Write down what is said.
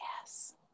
Yes